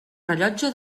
rellotge